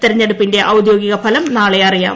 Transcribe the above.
തെരഞ്ഞെടുപ്പിന്റെ ഔദ്യോഗിക ഫലം നാളെ അറിയാം